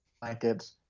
blankets